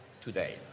Today